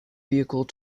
vehicle